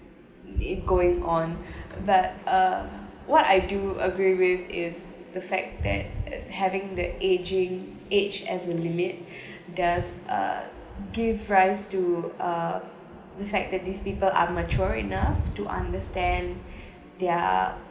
they going on but uh what I do agree with is the fact that and having the ageing age as the limit does uh give rise to uh the fact that these people are mature enough to understand their